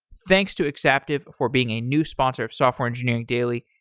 thanks to exaptive for being a new sponsor of software engineering daily.